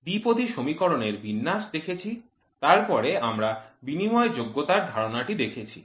দ্বিপদ বিন্যাস দেখেছি তারপরে আমরা বিনিময়যোগ্যতা এর ধারণাটি দেখেছি